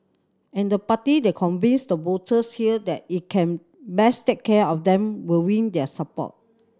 and the party that convinces the voters here that it can best take care of them will win their support